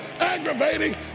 aggravating